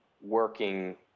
working